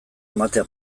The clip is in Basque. ematea